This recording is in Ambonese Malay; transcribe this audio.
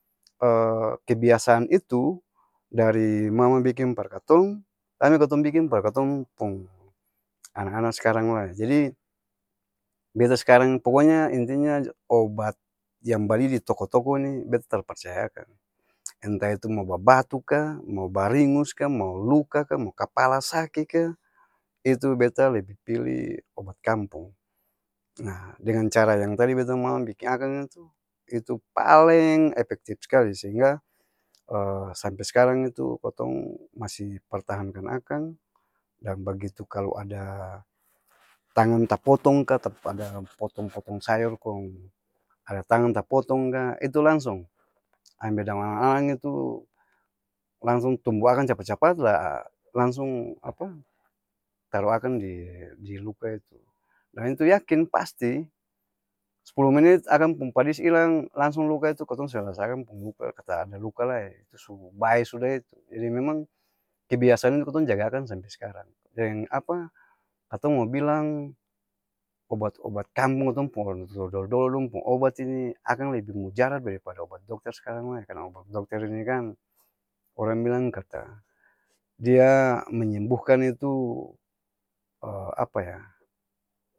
kebiasaan itu, dari mama biking par katong, aa ini katong biking par katong pung ana-ana s'karang lai jadi, beta skarang poko nya inti nya obat yang bali di toko-toko ni beta tar parcaya akang, entah itu mo babatu kaa, mo baringos kaa, mau luka kaa, mau kapala saki kaa, itu beta lebi pilih obat kampung, nah dengan cara yang tadi beta mama biking akang itu, itu paleeng epektif s'kali sehingga, sampe skarang itu kotong masi pertahankan akang, dan bagitu kalu ada tangang tapotong kaa tap ada potong-potong sayor kong ada tangang tapotong kaa itu langsong, ambe daong alang-alang itu langsung tumbu akang capat-capat laa langsung apa? taro akang di'e di luka itu, naa itu yakin pasti s'puluh menit akang pung padis ilang langsung luka itu kotong seng rasa akang pung luka kata ada luka lae su bae suda itu jadi memang, kebiasaan itu katong jaga akang sampe skarang deng apa? Katong mou bilang obat-obat kampung katong pung orang tua-tua dolo-dolo dong pung obat ini, akang lebi mujarap dari pada obat dokter s'karang lai karna obat dokter ini kaan orang bilang kata dia menyembuhkan itu apa ya?.